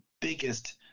biggest